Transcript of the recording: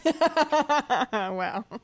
Wow